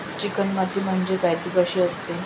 Chicken माती म्हणजे काय? ति कशी असते?